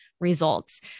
results